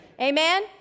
Amen